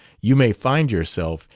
you may find yourself,